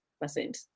percent